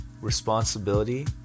responsibility